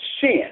sin